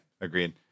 agreed